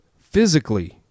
physically